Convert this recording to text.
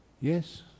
Yes